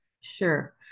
Sure